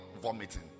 vomiting